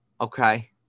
Okay